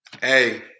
Hey